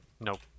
Nope